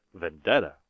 Vendetta